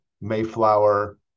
Mayflower